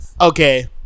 Okay